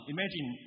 Imagine